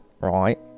right